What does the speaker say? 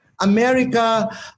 America